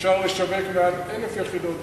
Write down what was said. אפשר לשווק מעל 1,000 יחידות דיור.